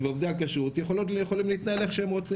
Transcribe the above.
אנחנו יכולים להגיד שהם מוגנים מבחינה